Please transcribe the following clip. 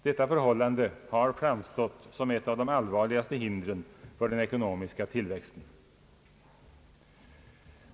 Detta förhållande har framstått som ett av de allvarligaste hindren för den ekonomiska tillväxten.